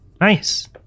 Nice